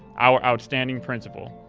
our outstanding principal.